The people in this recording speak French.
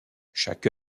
chaque